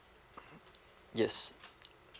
yes